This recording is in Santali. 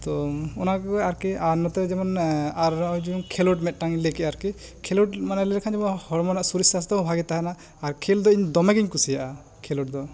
ᱛᱚ ᱚᱱᱟ ᱠᱚᱜᱮ ᱟᱨᱠᱤ ᱟᱨ ᱱᱚᱛᱮ ᱡᱮᱢᱚᱱ ᱟᱨ ᱱᱚᱜᱼᱚᱭ ᱠᱷᱮᱞᱚᱰ ᱢᱤᱫᱴᱟᱝ ᱞᱟᱹᱭ ᱠᱮᱫᱼᱟ ᱟᱨᱠᱤ ᱠᱷᱮᱞᱚᱰ ᱢᱟᱱᱮ ᱞᱟᱹᱭ ᱞᱮᱠᱷᱟᱱ ᱦᱚᱲᱢᱚ ᱨᱮᱱᱟᱜ ᱥᱚᱨᱤᱥᱟᱥᱛᱚ ᱵᱷᱟᱜᱮ ᱛᱟᱦᱮᱱᱟ ᱟᱨ ᱠᱷᱮᱞ ᱫᱚ ᱤᱧ ᱫᱚᱢᱮ ᱜᱮᱧ ᱠᱩᱥᱤᱭᱟᱜᱼᱟ ᱠᱷᱮᱞᱚᱰ ᱫᱚ